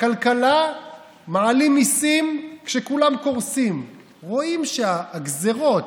בכלכלה מעלים מיסים כשכולם קורסים, רואים גזרות,